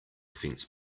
fence